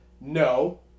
No